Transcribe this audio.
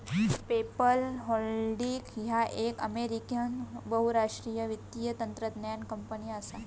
PayPal Holdings ह्या एक American बहुराष्ट्रीय वित्तीय तंत्रज्ञान कंपनी असा